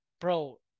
bro